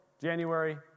January